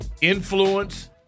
influence